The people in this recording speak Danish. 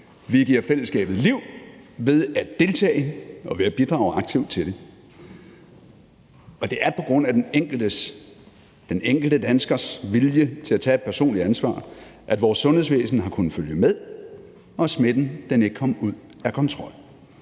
Vi giver fællesskabet liv ved at deltage og ved at bidrage aktivt til det. Og det er på grund af den enkelte danskers vilje til at tage et personligt ansvar, at vores sundhedsvæsen har kunnet følge med og smitten ikke kom ud af kontrol,